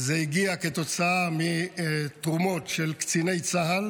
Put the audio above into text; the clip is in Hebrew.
זה הגיע כתוצאה מתרומות של קציני צה"ל